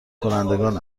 کنندگان